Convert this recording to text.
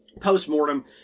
post-mortem